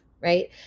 right